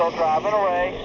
driving away.